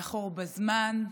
לאחור בזמן,